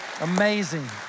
Amazing